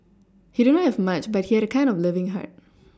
he did not have much but he had a kind and loving heart